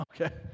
okay